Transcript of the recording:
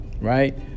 Right